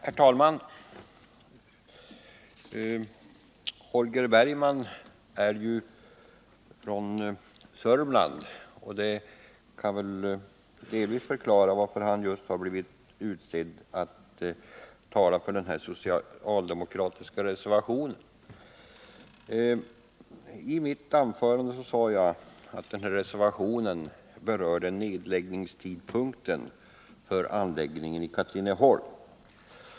Herr talman! Holger Bergman är från Sörmland, och det kan väl delvis förklara varför just han blivit utsedd att tala för denna socialdemokratiska reservation. I mitt anförande sade jag att den reservationen berörde tidpunkten för nedläggning av anläggningen i Katrineholm.